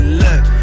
look